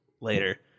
later